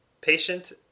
patient